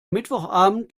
mittwochabend